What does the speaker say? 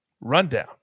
rundown